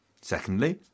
Secondly